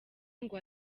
ngo